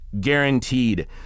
guaranteed